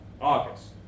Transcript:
August